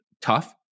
tough